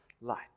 light